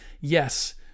Yes